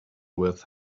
with